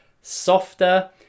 Softer